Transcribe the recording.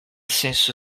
senso